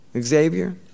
Xavier